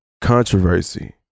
controversy